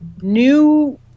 new